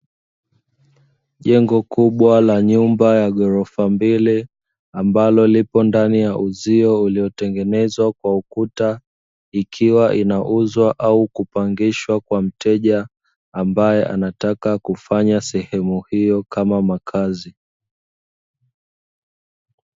Jengo kubwa la nyumba ya ghorofa mbili, ambalo lipo ndani ya uzio uliotengenezwa kwa ukuta, ikiwa inauzwa au kupangishwa kwa mteja ambaye anataka kufanya sehemu hiyo kama makazi.